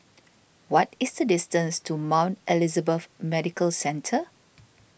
what is the distance to Mount Elizabeth Medical Centre